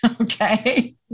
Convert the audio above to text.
okay